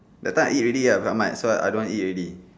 that time I eat already got must well I don't want eat already